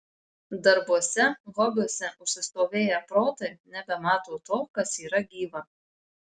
darbuose hobiuose užsistovėję protai nebemato to kas yra gyva